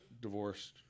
divorced